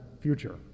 future